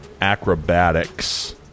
acrobatics